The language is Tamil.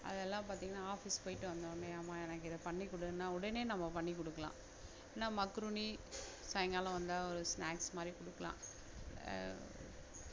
அதெல்லாம் பார்த்திங்கன்னா ஆஃபிஸ் போய்ட்டு வந்தவொடனே அம்மா எனக்கு இதை பண்ணிக் கொடுனா உடனே நம்ம பண்ணிக் கொடுக்கலாம் ஏன்னா மக்ருனி சாயங்காலம் வந்தால் ஒரு ஸ்நாக்ஸ் மாதிரி கொடுக்கலாம்